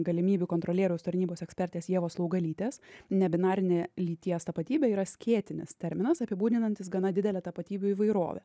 galimybių kontrolieriaus tarnybos ekspertės ievos laugalytės ne binarinė lyties tapatybė yra skėtinis terminas apibūdinantis gana didelę tapatybių įvairovę